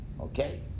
Okay